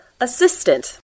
assistant